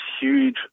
huge